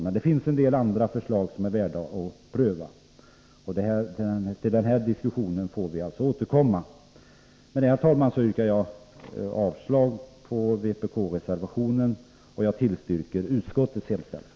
Men det finns en del andra förslag som är värda att prövas. Till den diskussionen får vi alltså återkomma. Med det här, herr talman, yrkar jag avslag på vpk-reservationen och bifall till utskottets hemställan.